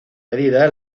medida